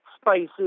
spices